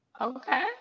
Okay